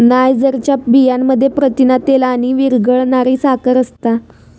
नायजरच्या बियांमध्ये प्रथिना, तेल आणि विरघळणारी साखर असता